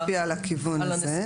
עשוי להשפיע על הכיוון הזה.